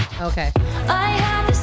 Okay